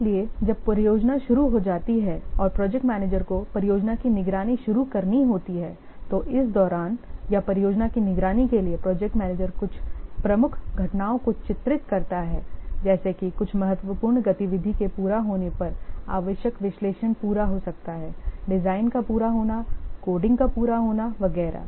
इसलिए जब परियोजना शुरू हो जाती है और प्रोजेक्ट मैनेजर को परियोजना की निगरानी शुरू करनी होती है तो इस दौरान या परियोजना की निगरानी के लिए प्रोजेक्ट मैनेजर कुछ प्रमुख घटनाओं को चित्रित करता है जैसे कि कुछ महत्वपूर्ण गतिविधि के पूरा होने पर आवश्यकता विश्लेषण पूरा हो सकता है डिजाइन का पूरा होना कोडिंग का पूरा होना वगैरह